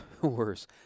worse